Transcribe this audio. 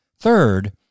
Third